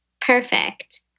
Perfect